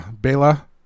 bela